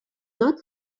not